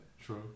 True